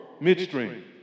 midstream